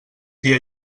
dia